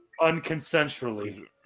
Unconsensually